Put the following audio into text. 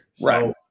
Right